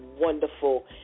wonderful